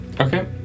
Okay